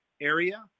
area